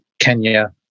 Kenya